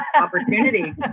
opportunity